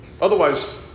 Otherwise